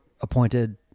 appointed